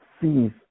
sees